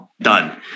done